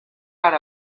out